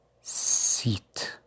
seat